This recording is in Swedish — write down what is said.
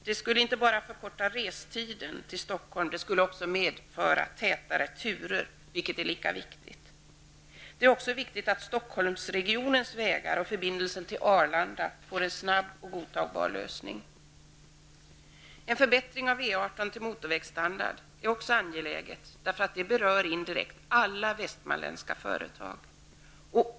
Det skulle inte bara förkorta restiden till Stockholm utan också medge tätare turer, vilket är lika viktigt. Det är också viktigt att Stockholmsregionens vägar och förbindelsen till Arlanda får en snabb och godtagbar lösning. En förbättring av E 18 till motorvägsstandard är också angelägen, eftersom det indirekt berör alla västmanländska företag.